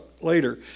later